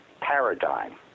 paradigm